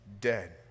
dead